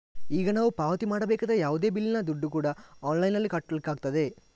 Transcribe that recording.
ಈಗ ನಾವು ಪಾವತಿ ಮಾಡಬೇಕಾದ ಯಾವುದೇ ಬಿಲ್ಲಿನ ದುಡ್ಡು ಕೂಡಾ ಆನ್ಲೈನಿನಲ್ಲಿ ಕಟ್ಲಿಕ್ಕಾಗ್ತದೆ